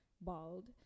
bald